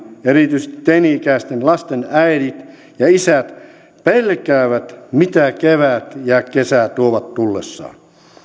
erityisesti teini ikäisten lasten äidit ja isät pelkäävät mitä kevät ja kesä tuovat tullessaan